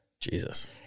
Jesus